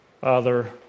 Father